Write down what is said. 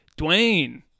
Dwayne